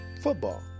football